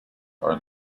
are